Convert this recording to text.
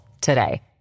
today